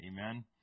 amen